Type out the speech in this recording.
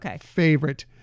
favorite